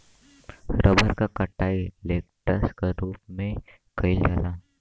rubber क कटाई latex क रूप में कइल जाला